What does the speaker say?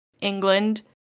England